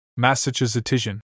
Massachusettsian